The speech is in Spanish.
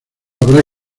habrá